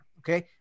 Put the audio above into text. Okay